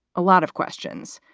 a lot of questions.